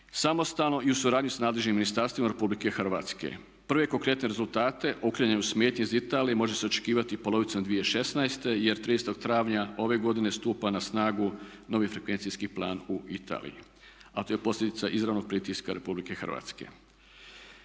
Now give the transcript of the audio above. samostalno i u suradnji sa nadležnim ministarstvima Republike Hrvatske. Prve konkretne rezultate otklanjanje smetnji iz Italije može se očekivati polovicom 2016. jer 30. travnja ove godine stupa na snagu novi frekvencijski plan u Italiji a to je posljedica izravnog pritiska Republike Hrvatske.